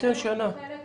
היושב ראש אבל כמו שהוסבר,